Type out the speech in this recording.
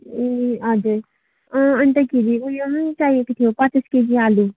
ए हजुर अन्तखेरि उयो चाहिएको थियो पचास केजी आलु